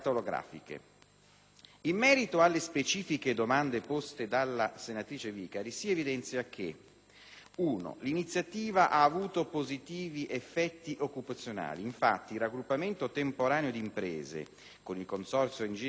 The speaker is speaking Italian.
In merito alle specifiche domande poste dalla senatrice Vicari, si evidenzia: 1) l'iniziativa ha avuto positivi effetti occupazionali. Infatti, il Raggruppamento temporaneo d'imprese, con il Consorzio Engineering S.p.a